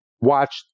watch